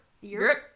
Europe